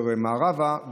יותר מערבה,